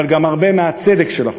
אבל גם הרבה מהצדק של החוק.